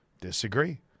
disagree